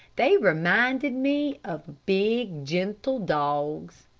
they reminded me of big, gentle dogs.